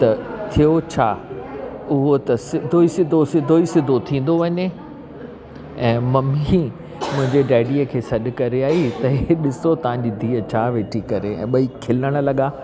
त थियो छा उहो सिदो ई सिदो सिदो ई सिदो थींदो वञे ऐं मम्मी मुंहिंजे डैडीअ खे सॾु कई त ॾिसो तव्हांजी धीअ छाती करे ॿई खिलण लॻा